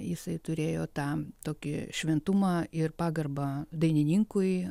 jisai turėjo tą tokį šventumą ir pagarbą dainininkui